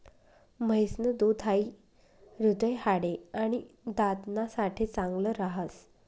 म्हैस न दूध हाई हृदय, हाडे, आणि दात ना साठे चांगल राहस